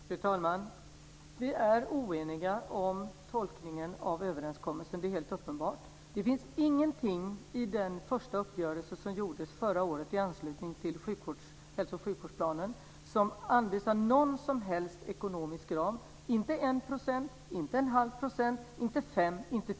Fru talman! Vi är oeniga om tolkningen av överenskommelsen - det är helt uppenbart. Det finns ingenting i den första uppgörelse som gjordes förra året i anslutning till hälso och sjukvårdsplanen som anvisar någon som helst ekonomisk ram, inte 1 %, inte 1⁄2, inte 5, inte 10 %.